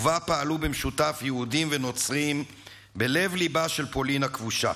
ובה פעלו במשותף יהודים ונוצרים בלב-ליבה של פולין הכבושה.